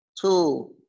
two